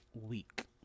week